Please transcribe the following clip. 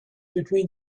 between